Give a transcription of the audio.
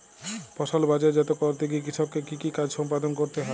ফসল বাজারজাত করতে গিয়ে কৃষককে কি কি কাজ সম্পাদন করতে হয়?